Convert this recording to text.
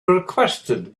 requested